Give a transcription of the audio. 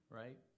right